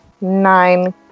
nine